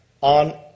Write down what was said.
on